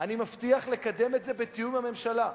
אני מבטיח לקדם את זה בתיאום עם הממשלה,